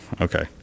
Okay